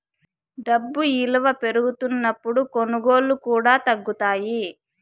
డబ్బు ఇలువ పెరుగుతున్నప్పుడు కొనుగోళ్ళు కూడా తగ్గుతాయి